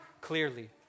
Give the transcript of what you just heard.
clearly